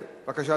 בבקשה,